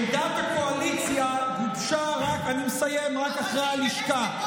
עמדת הקואליציה גובשה רק, אני מסיים, אחרי הלשכה.